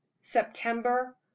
september